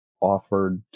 offered